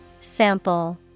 Sample